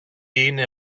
είναι